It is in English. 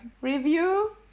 review